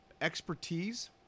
expertise